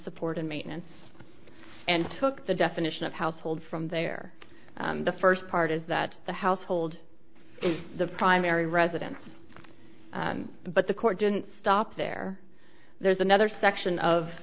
support and maintenance and took the definition of household from there the first part is that the household is the primary residence but the court didn't stop there there is another section of